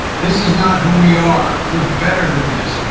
this is not who we are. we're better than this.